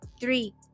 three